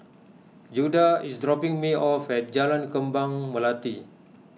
Judah is dropping me off at Jalan Kembang Melati